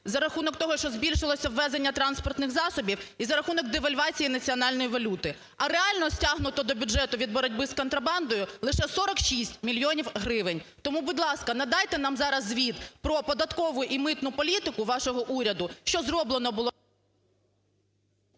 за рахунок того, що збільшилося ввезення транспортних засобів і за рахунок девальвації національної валюти. А реально стягнуто до бюджету від боротьби з контрабандою лише 46 мільйонів гривень. Тому, будь ласка, надайте нам зараз звіт про податкову і митну політику вашого уряду, що зроблено було…